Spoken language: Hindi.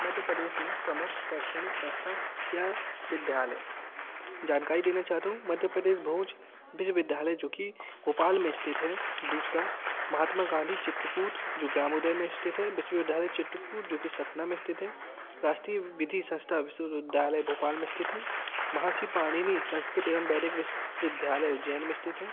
मध्य प्रदेश में प्रमुख शैक्षणिक संस्था या विद्यालय जानकारी देना चाहता हूँ मध्य प्रदेश भोज विश्वविद्यालय जो कि भोपाल में स्थित है दूसरा महात्मा गांधी चित्रकूट जो ग्रामोंदय में स्थित है विश्वविद्यालय चित्रकूट जो कि सतना में स्थित है राष्ट्रीय विधि संस्था विश्वविद्यालय भोपाल में स्थित है महर्षि पाणिनी संस्कृत एवं वैदिक विश्वविद्यालय उज्जैन में स्थित है